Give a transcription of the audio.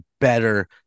better